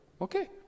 okay